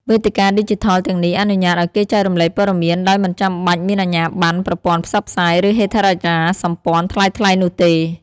វេទិកាឌីជីថលទាំងនេះអនុញ្ញាតឱ្យគេចែករំលែកព័ត៌មានដោយមិនចាំបាច់មានអាជ្ញាប័ណ្ណប្រព័ន្ធផ្សព្វផ្សាយ ឬហេដ្ឋារចនាសម្ព័ន្ធថ្លៃៗនោះទេ។